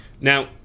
Now